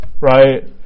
Right